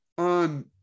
on